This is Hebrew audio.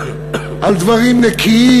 על דברים נקיים,